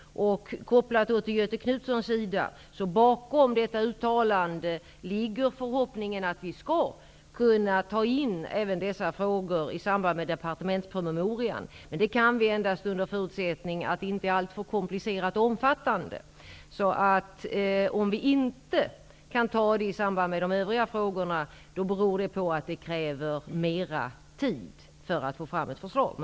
Göthe Knutson, bakom detta uttalande ligger förhoppningen att vi skall kunna ta in även dessa frågor i samband med departementspromemorian. Det kan vi göra endast under förutsättning att det inte är alltför komplicerat och omfattande. Om vi inte kan ta upp det här i samband med de övriga frågorna beror det på att det krävs mera tid innan man kan få fram ett förslag.